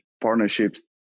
partnerships